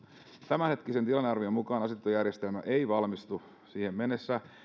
tämänhetkisen tilannearvion mukaan asetietojärjestelmä ei valmistu siihen mennessä